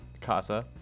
Casa